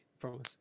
promise